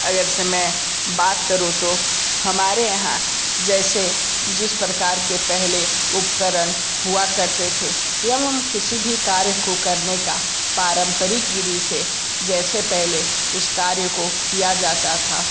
अगर से मैं बात करूँ तो हमारे यहाँ जैसे जिस प्रकार के पहले उपकरण हुआ करते थे एवं किसी भी कार्य को करने का पारंपरिक विधि से जैसे पहले उस कार्य को किया जाता था